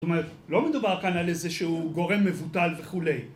זאת אומרת, לא מדובר כאן על איזה שהוא גורם מבוטל וכולי